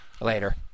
Later